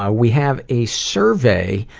ah we have a survey,